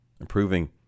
Improving